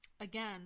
Again